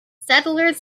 settlers